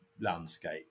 landscape